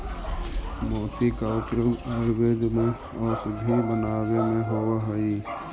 मोती का उपयोग आयुर्वेद में औषधि बनावे में होवअ हई